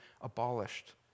abolished